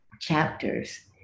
chapters